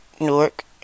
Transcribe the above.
Newark